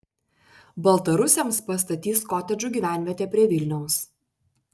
baltarusiams pastatys kotedžų gyvenvietę prie vilniaus